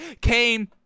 came